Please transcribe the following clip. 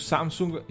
Samsung